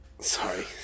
Sorry